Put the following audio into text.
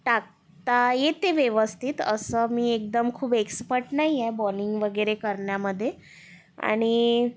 टाकता येते व्यवस्थित असं मी एकदम खूप एक्स्पट नाहीये बॉलिंग वगैरे करण्यामधे आणि